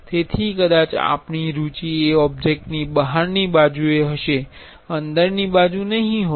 તેથી કદાચ આપણી રુચિ એ ઓબ્જેક્ટની બહારની બાજુ હશે અંદરની બાજુ નહીં હોય